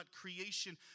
creation